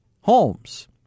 Holmes